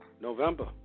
November